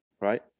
right